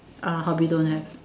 ah hope you don't have